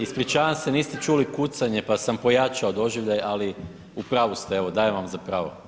Ispričavam se, niste čuli kucanje pa sam pojačao doživljaj, ali u pravu ste, evo dajem vam za pravo.